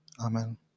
Amen